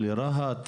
או לרהט,